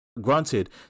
Granted